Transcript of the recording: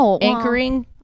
anchoring